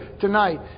tonight